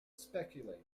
speculate